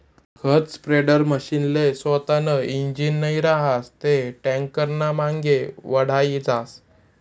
खत स्प्रेडरमशीनले सोतानं इंजीन नै रहास ते टॅक्टरनामांगे वढाई जास